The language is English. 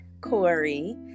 Corey